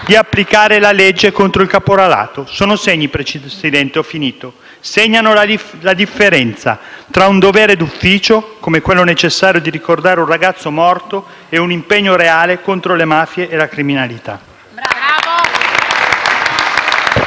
di applicare la legge contro il caporalato. Sono segni, Presidente, e ho finito: segnano la differenza tra un dovere d'ufficio, come quello necessario di ricordare un ragazzo morto, e un impegno reale contro le mafie e la criminalità.